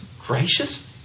Gracious